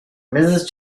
mrs